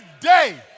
today